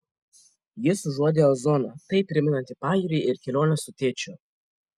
jis užuodė ozoną taip primenantį pajūrį ir keliones su tėčiu